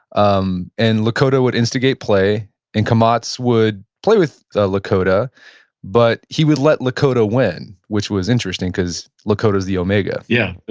um and lakota would instigate play and kamots would play with lakota but he would let lakota win, which was interesting because lakota is the omega yeah,